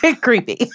Creepy